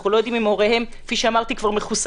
אנחנו לא יודעים אם הוריהם כבר מחוסנים